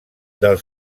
del